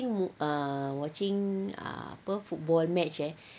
think ah watching apa football match eh